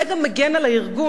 זה גם מגן על הארגון,